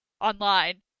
online